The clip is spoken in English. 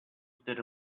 stood